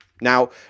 Now